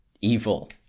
evil